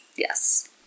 Yes